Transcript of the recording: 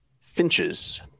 finches